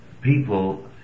people